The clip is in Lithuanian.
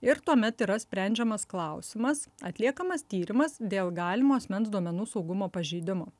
ir tuomet yra sprendžiamas klausimas atliekamas tyrimas dėl galimo asmens duomenų saugumo pažeidimo